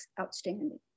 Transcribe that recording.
outstanding